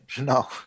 No